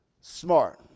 Smart